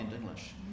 English